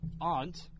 aunt